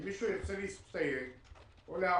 אם מישהו ירצה להסתייג או לערער,